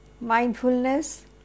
mindfulness